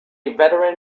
veteran